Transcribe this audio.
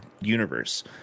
universe